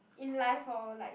in life or like in